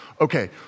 Okay